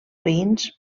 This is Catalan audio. veïns